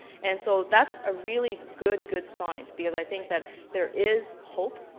and so that's a really good, good sign. because i think that there is hope,